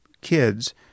kids